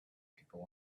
people